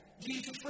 Jesus